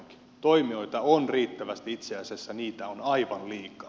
toimijoita on riittävästi itse asiassa niitä on aivan liikaa